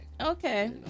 okay